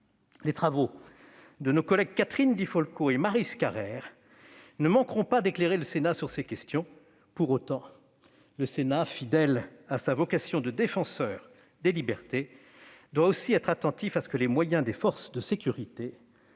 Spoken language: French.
Les travaux de nos collègues Catherine Di Folco et Maryse Carrère ne manqueront pas d'éclairer notre assemblée sur ces questions. Pour autant, le Sénat, fidèle à sa vocation de défenseur des libertés, doit aussi être attentif à ce que les moyens des forces de sécurité